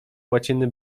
łaciny